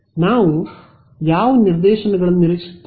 ನಾನು ಯಾವ ನಿರ್ದೇಶನಗಳನ್ನು ನಿರೀಕ್ಷಿಸುತ್ತೇನೆ